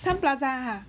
sun plaza !huh!